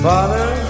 Father